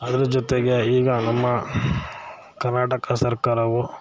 ಅದ್ರ ಜೊತೆಗೆ ಈಗ ನಮ್ಮ ಕರ್ನಾಟಕ ಸರ್ಕಾರವು